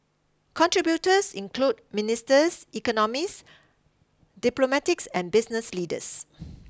contributors include ministers economists diplomatics and business leaders